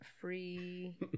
Free